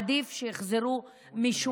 עדיף שיחזרו משוקמים,